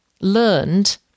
learned